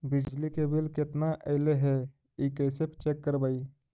बिजली के बिल केतना ऐले हे इ कैसे चेक करबइ?